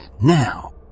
Now